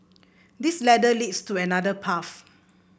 this ladder leads to another path